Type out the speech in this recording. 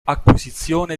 acquisizione